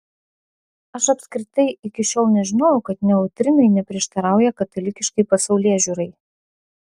aš apskritai iki šiol nežinojau kad neutrinai neprieštarauja katalikiškai pasaulėžiūrai